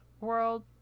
World